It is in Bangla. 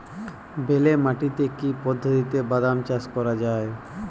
বেলে মাটিতে কি পদ্ধতিতে বাদাম চাষ করা যায়?